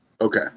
Okay